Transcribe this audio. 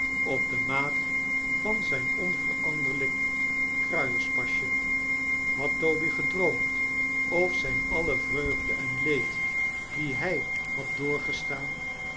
op de maat van zijn onveranderlijk kruierspasje had toby gedroomd of zijn alle vreugde en leed die hij had doorgestaan